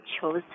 chose